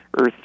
Earth